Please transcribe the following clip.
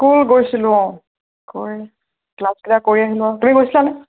school গৈছিলোঁ অঁ ক্লাছকেইটা কৰি আহিলোঁ আৰু তুমি গৈছিলা নে